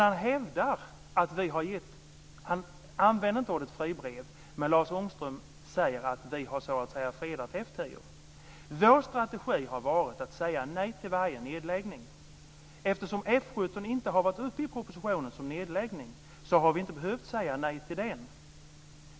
Han använder inte ordet fribrev, men han säger att vi har fredat F 10. Vår strategi har varit att säga nej till varje nedläggning. Eftersom man inte har föreslagit i propositionen att F 17 ska läggas ned har vi inte behövt säga nej till den.